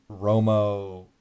Romo